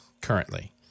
currently